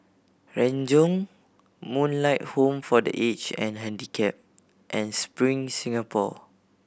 Renjong Moonlight Home for The Aged and Handicapped and Spring Singapore